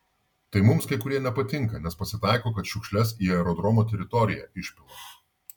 tai mums kai kurie nepatinka nes pasitaiko kad šiukšles į aerodromo teritoriją išpila